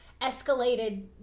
escalated